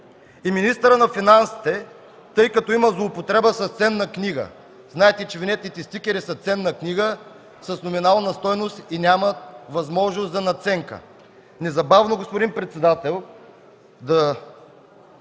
и министърът на финансите, тъй като има злоупотреба с ценна книга, знаете, че винетните стикери са ценна книга с номинална стойност и няма възможност за надценка, незабавно, господин председател, да